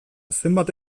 zenbat